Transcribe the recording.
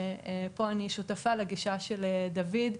פה אני שותפה לגישה של דוד קורן.